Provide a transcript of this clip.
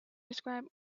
describe